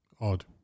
Odd